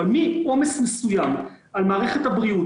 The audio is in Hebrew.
אבל מעומס מסוים על מערכת הבריאות,